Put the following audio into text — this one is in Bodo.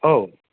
औ